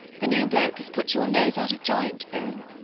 the new bloke has put your nose out of joint, bill.